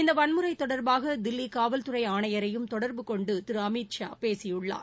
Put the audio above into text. இந்த வன்முறை தொடர்பாக தில்லி காவல்துறை ஆணையரையும் தொடர்பு கொண்டு திரு அமித் ஷா பேசியுள்ளார்